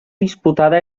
disputada